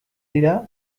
dira